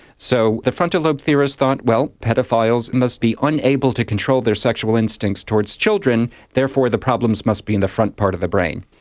so the frontal lobe theorists thought, well, paedophiles must be unable to control their sexual instincts towards children therefore the problems must be in the front part of the brain.